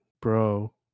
bro